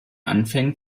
anfängen